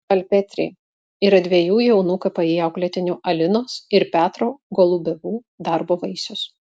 alpetri yra dviejų jaunų kpi auklėtinių alinos ir petro golubevų darbo vaisius